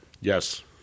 Yes